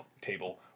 table